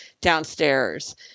downstairs